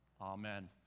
Amen